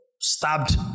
stabbed